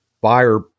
buyer